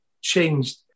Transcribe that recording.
changed